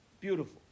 Beautiful